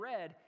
red